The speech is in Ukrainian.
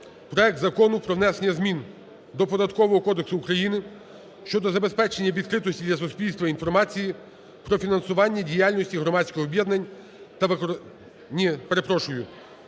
проект Закону про внесення змін до Податкового кодексу України щодо забезпечення відкритості для суспільства інформації про фінансування діяльності громадських об'єднань та…